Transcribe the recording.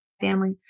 family